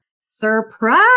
Surprise